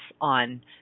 on